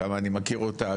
כמה אני מכיר אותה,